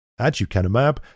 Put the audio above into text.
Aducanumab